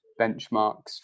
benchmarks